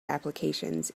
applications